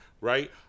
Right